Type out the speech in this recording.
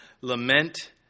lament